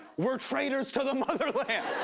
we're traitors to the motherland.